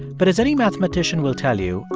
but as any mathematician will tell you,